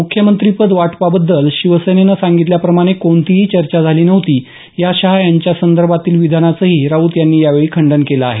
मुख्यमंत्रीपद वाटपाबद्दल शिवसेनेनं सांगितल्याप्रमाणे कोणतीही चर्चा झाली नव्हती या शाह यांच्या या संदर्भातील विधानाचंही राऊत यांनी यावेळी खंडण केलं आहे